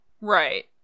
Right